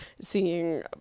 seeing